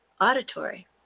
auditory